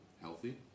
healthy